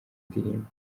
ndirimbo